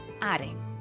Adding